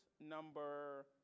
number